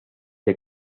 del